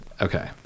okay